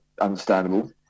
understandable